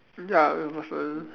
ya with a person